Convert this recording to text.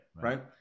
right